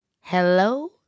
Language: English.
Hello